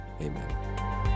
amen